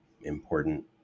important